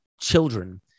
children